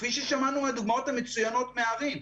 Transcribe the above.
כפי ששמענו מהדוגמאות המצוינות מערים,